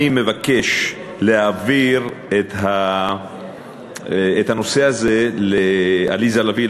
אני מבקש להעביר את הנושא הזה לעליזה לביא,